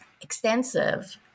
extensive